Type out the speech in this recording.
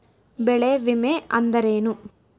ಬೆಳೆ ವಿಮೆ ಅಂದರೇನು?